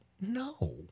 no